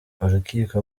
urukiko